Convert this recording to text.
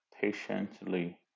patiently